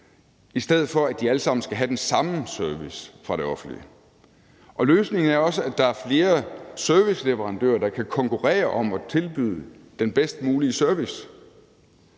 i stedet for at de alle sammen skal have den samme service fra det offentlige. Løsningen er også, at der er flere serviceleverandører, der kan konkurrere om at tilbyde den bedst mulige service,